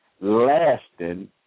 lasting